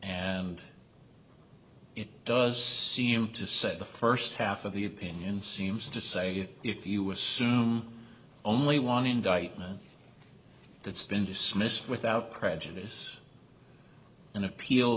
and it does seem to set the first half of the opinion seems to say if you assume only one indictment that's been dismissed without prejudice an appeal